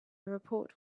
report